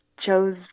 chose